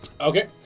Okay